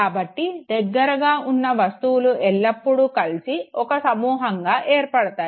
కాబట్టి దగ్గరగా ఉన్న వస్తువులు ఎల్లప్పుడూ కలిసి ఒక సమూహంగా ఏర్పడతాయి